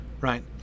right